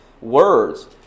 words